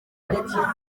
idakira